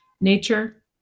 nature